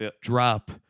drop